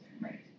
Right